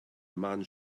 man